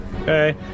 okay